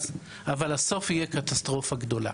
אבל הסוף יהיה קטסטרופה גדולה.